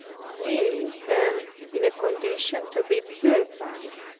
he is then in a condition to be purified.